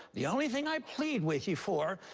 the only thing i plead with you for,